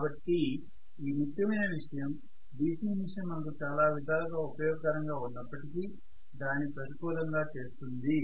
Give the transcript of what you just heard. కాబట్టి ఈ ముఖ్యమైన విషయం DC మెషిన్ మనకు చాలా విధాలుగా ఉపయోగకరంగా ఉన్నప్పటికీ దానిని ప్రతికూలంగా చేస్తుంది